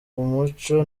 muco